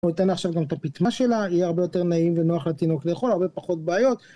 הוא ייתן לה עכשיו גם את הפיטמה שלה, יהיה הרבה יותר נעים ונוח לתינוק לאכול, הרבה פחות בעיות.